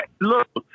Look